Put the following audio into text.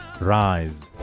rise